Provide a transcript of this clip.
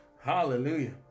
Hallelujah